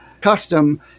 custom